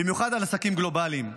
במיוחד עסקים גלובליים.